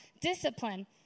discipline